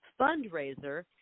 fundraiser